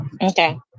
Okay